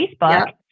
Facebook